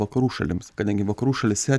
vakarų šalims kadangi vakarų šalyse